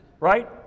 right